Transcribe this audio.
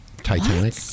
Titanic